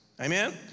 Amen